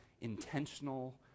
intentional